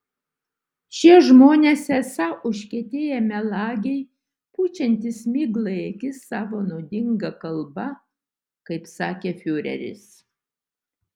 šie žmonės esą užkietėję melagiai pučiantys miglą į akis savo nuodinga kalba kaip sakė fiureris